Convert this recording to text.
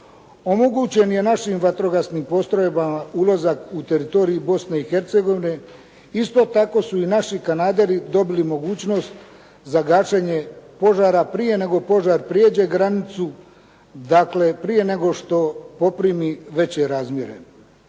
omogućen je našim vatrogasnim postrojbama ulazak u teritorij Bosne i Hercegovine. Isto tako su i naši kanaderi dobili mogućnost za gašenje požara prije nego požar prijeđe granicu, dakle prije nego što poprimi veće razmjere.